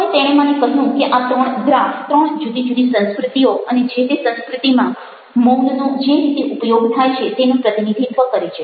હવે તેણે મને કહ્યું કે આ ત્રણ ગ્રાફ ત્રણ જુદી જુદી સંસ્કૃતિઓ અને જે તે સંસ્કૃતિમાં મૌનનો જે રીતે ઉપયોગ થાય છે તેનું પ્રતિનિધિત્વ કરે છે